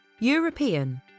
European